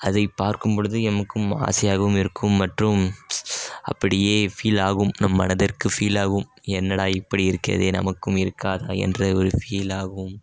அதை பார்க்கும்பொழுது எமக்கும் ஆசையாகவும் இருக்கும் மற்றும் அப்படியே ஃபீல் ஆகும் நம் மனதிற்கும் ஃபீல் ஆகும் என்னடா இப்படி இருக்கிறதே நமக்கும் இருக்காதா என்ற ஒரு ஃபீல் ஆகும்